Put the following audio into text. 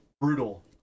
brutal